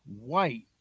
White